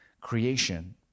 creation